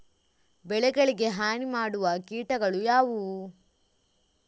ಬೆಳೆಗಳಿಗೆ ಹಾನಿ ಮಾಡುವ ಕೀಟಗಳು ಯಾವುವು?